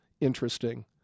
interesting